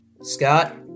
Scott